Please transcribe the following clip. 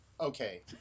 Okay